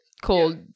called